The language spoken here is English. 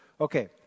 Okay